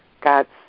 God's